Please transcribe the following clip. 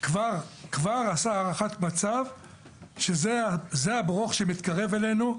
כבר עשה הערכת מצב לגבי הברוך שמתקרב אלינו,